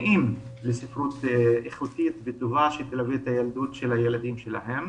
צמאים לספרות איכותית וטובה שתלווה את הילדות של הילדים שלהם.